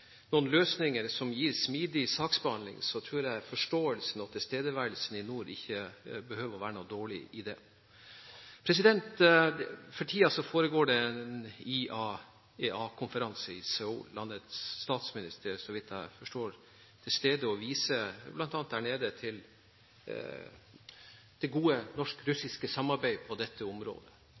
noen løsninger som gir smidig saksbehandling, tror jeg forståelsen av tilstedeværelsen i nord ikke behøver å være noen dårlig idé. For tiden foregår det en IAEA-konferanse i Seoul, der vår statsminister, så vidt jeg forstår, er til stede og viser bl.a. til det gode norsk-russiske samarbeidet på dette området.